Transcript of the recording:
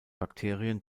bakterien